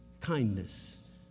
kindness